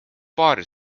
paari